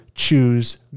Choose